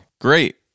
Great